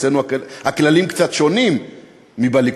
כי אצלנו הכללים קצת שונים מבליכוד.